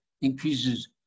Increases